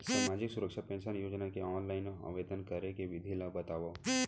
सामाजिक सुरक्षा पेंशन योजना के ऑनलाइन आवेदन करे के विधि ला बतावव